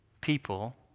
people